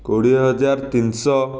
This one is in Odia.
କୋଡ଼ିଏ ହଜାର ତିନଶହ